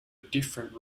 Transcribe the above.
different